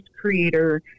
creator